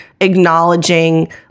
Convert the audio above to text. acknowledging